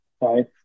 right